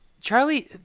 Charlie